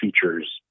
features